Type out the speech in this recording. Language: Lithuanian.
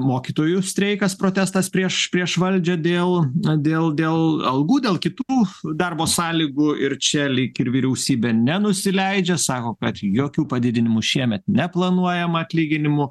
mokytojų streikas protestas prieš prieš valdžią dėl dėl dėl algų dėl kitų darbo sąlygų ir čia lyg ir vyriausybė nenusileidžia sako kad jokių padidinimų šiemet neplanuojama atlyginimų